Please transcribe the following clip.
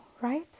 right